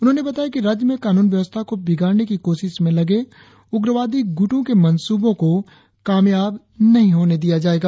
उन्होने बताया कि राज्य में कानून व्यवस्था को बिगाड़ने की कोशिश में लगे उग्रवादी गुटों के मंसूबो को कामयाब नही होने दिया जायेगा